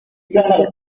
zimaze